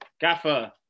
Gaffer